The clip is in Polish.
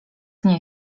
nie